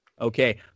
Okay